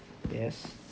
yes